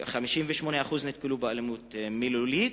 58% נתקלו באלימות מילולית,